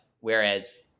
whereas